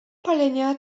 palenia